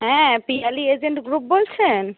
হ্যাঁ Piyali agent group বলছেন